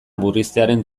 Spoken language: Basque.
murriztearen